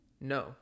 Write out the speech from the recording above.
No